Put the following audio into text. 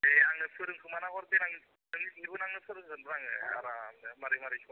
दे आंनो फोरोंखोमाना हर देनां नोंनि बिबोनांनो फोरोंगोनब्रा आङो रायनो माबोरै माबोरै सङो